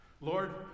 Lord